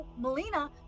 melina